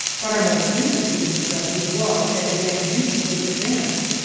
but our most interesting discovery was that it had recently advanced,